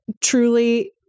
Truly